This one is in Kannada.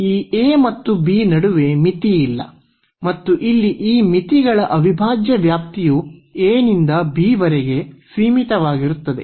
ಈ a ಮತ್ತು b ನಡುವೆ ಮಿತಿಯಿಲ್ಲ ಮತ್ತು ಇಲ್ಲಿ ಈ ಮಿತಿಗಳ ಅವಿಭಾಜ್ಯ ವ್ಯಾಪ್ತಿಯು a ನಿಂದ b ವರೆಗೆ ಸೀಮಿತವಾಗಿರುತ್ತದೆ